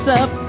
up